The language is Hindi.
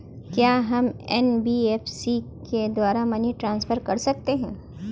क्या हम एन.बी.एफ.सी के द्वारा मनी ट्रांसफर कर सकते हैं?